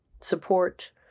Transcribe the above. support